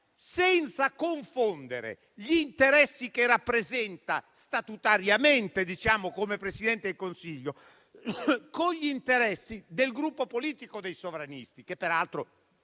senza confondere gli interessi che rappresenta statutariamente, come Presidente del Consiglio, con gli interessi del Gruppo politico dei sovranisti, che peraltro